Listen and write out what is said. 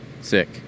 Sick